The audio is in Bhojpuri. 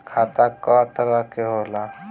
खाता क तरह के होला?